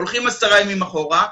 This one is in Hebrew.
הולכים עשרה ימים אחורה,